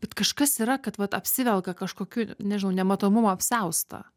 kad kažkas yra kad vat apsivelka kažkokiu nežinau nematomumo apsiaustą